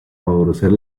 favorecer